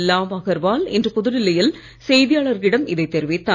லாவ் அகர்வால் இன்று புதுடெல்லியில்டி செய்தியாளர்களிடம் இதை தெரிவித்தார்